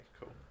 cool